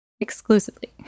Exclusively